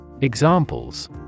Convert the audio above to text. Examples